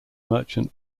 merchant